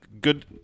good